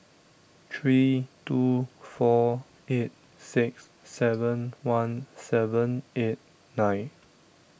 three two four eight six seven one seven eight nine